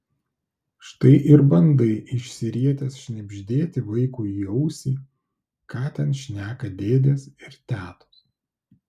štai ir bandai išsirietęs šnibždėti vaikui į ausį ką ten šneka dėdės ir tetos